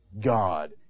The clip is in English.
God